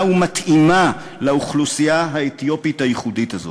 ומתאימה לאוכלוסייה האתיופית הייחודית הזאת.